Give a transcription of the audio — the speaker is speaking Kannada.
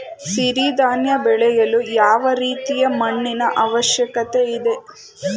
ಸಿರಿ ಧಾನ್ಯ ಬೆಳೆಯಲು ಯಾವ ರೀತಿಯ ಮಣ್ಣಿನ ಅವಶ್ಯಕತೆ ಇದೆ?